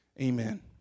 amen